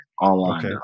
online